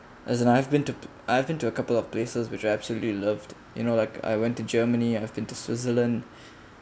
as an I've been to I've been to a couple of places which I absolutely loved you know like I went to germany I've been to switzerland